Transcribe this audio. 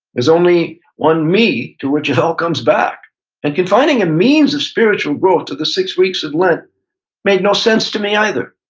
there's only one me to which it all comes back and confining the means of spiritual growth to the six weeks of lent made no sense to me either.